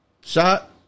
Shot